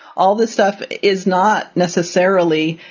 all this stuff is not necessarily,